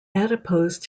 adipose